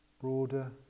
broader